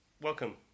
welcome